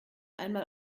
einmal